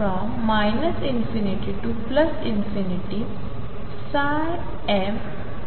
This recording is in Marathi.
∞mVxndxEn ∞mxndx असे लिहिले जाऊ शकते